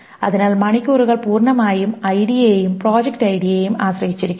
അതിനാൽ മണിക്കൂറുകൾ പൂർണ്ണമായും ഐഡിയെയും പ്രോജക്റ്റ് ഐഡിയെയും ആശ്രയിച്ചിരിക്കുന്നു